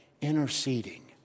interceding